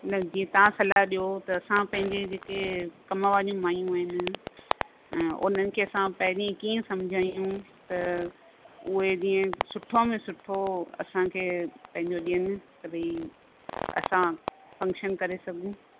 उन्हनि जीअं तव्हां सलाहु ॾियो त असां पंहिंजे जेके कम वारी माइयूं आहिनि उन्हनि खे असां पहिरीं कीअं सम्झायूं त उहे जीअं सुठो में सुठो असांखे पंहिंजो ॾियनि त भाई असां फंक्शन करे सघूं